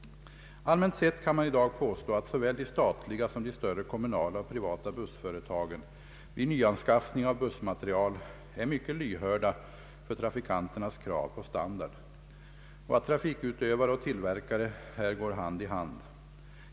Allmänt sett kan man i dag påstå att såväl de statliga som de större kommunala och privata bussföretagen vid nyanskaffning av bussmateriel är mycket lyhörda för trafikanternas krav på standard och att trafikutövare och tillver kare här går hand i hand.